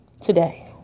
today